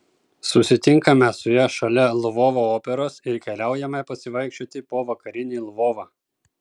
susitinkame su ja šalia lvovo operos ir keliaujame pasivaikščioti po vakarinį lvovą